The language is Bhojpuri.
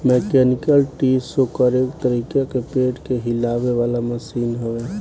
मैकेनिकल ट्री शेकर एक तरीका के पेड़ के हिलावे वाला मशीन हवे